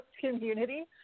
community